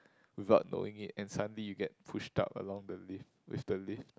without knowing it and suddenly you get pushed up along the lift